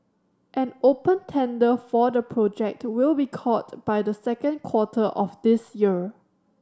an open tender for the project will be called by the second quarter of this year